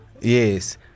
Yes